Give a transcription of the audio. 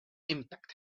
impact